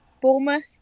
Bournemouth